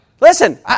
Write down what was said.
listen